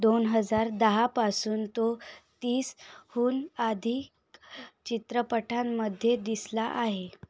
दोन हजार दहापासून तो तीसहून अधिक चित्रपटांमध्ये दिसला आहे